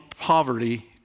poverty